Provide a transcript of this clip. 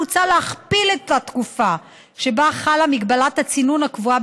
מוצע להכפיל את התקופה שבה חלה מגבלת הצינון הקבועה